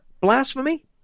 blasphemy